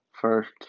first